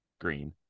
green